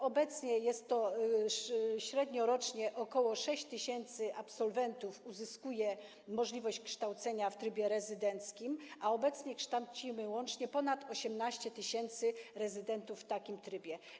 Obecnie średnio rocznie ok. 6 tys. absolwentów uzyskuje możliwość kształcenia się w trybie rezydenckim, a dzisiaj kształcimy łącznie ponad 18 tys. rezydentów w takim trybie.